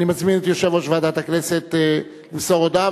אני מזמין את יושב-ראש ועדת הכנסת למסור הודעה,